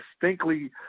distinctly